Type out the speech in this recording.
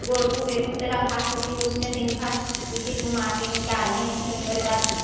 गोहूँ गेहूँ के तरा घास होती है उसमें दिन भर उसी को मा कर निकाले फिर ओकरे बाद